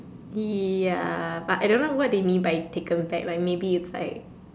ya but I don't know what they mean by taken back like maybe it's like